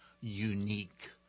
unique